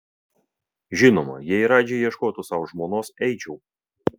žinoma jei radži ieškotų sau žmonos eičiau